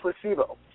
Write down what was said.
placebo